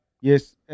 Yes